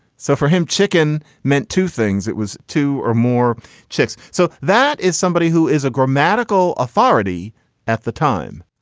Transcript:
so for him, chicken meant two things. it was two or more chicks. so that is somebody who is a grammatical authority at the time.